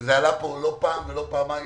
זה עלה כאן לא פעם ולא פעמיים.